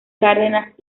cárdenas